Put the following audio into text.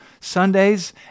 Sundays